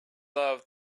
love